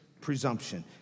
presumption